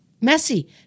messy